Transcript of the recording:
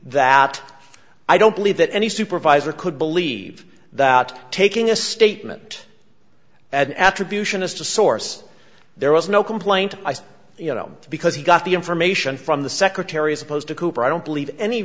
that i don't believe that any supervisor could believe that taking a statement that attribution is to source there was no complaint you know because he got the information from the secretary as opposed to cooper i don't believe any